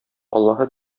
аллаһы